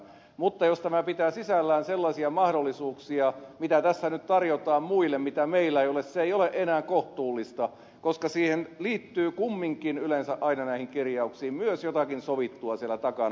mutta jos tämä pitää sisällään sellaisia mahdollisuuksia mitä tässä nyt tarjotaan muille ja mitä meillä ei ole se ei ole enää kohtuullista koska näihin kirjauksiin liittyy kumminkin yleensä aina myös jotakin sovittua siellä takana